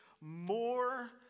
more